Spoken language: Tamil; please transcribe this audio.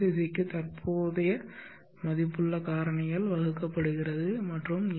சிக்கு தற்போதைய மதிப்புள்ள காரணியால் வகுக்கப்படுகிறது மற்றும் எல்